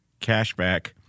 cashback